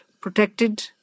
protected